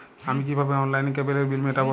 আমি কিভাবে অনলাইনে কেবলের বিল মেটাবো?